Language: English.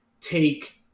take